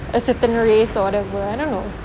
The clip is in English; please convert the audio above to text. certain race or whatever I don't know